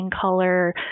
color